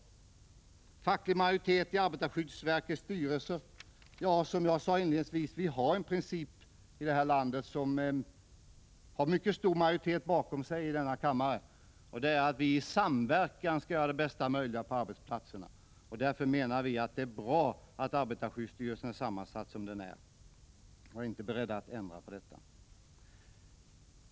När det gäller facklig majoritet i arbetarskyddsverkets styrelse sade jag inledningsvis att vi i vårt land har en princip som en mycket stor majoritet i denna kammare ställer sig bakom, nämligen principen att vi i samverkan skall göra det bästa möjliga på arbetsplatserna. Det är bra att arbetarskyddsverkets styrelse är sammansatt så som den är nu, och vi är inte beredda att ändra den sammansättningen.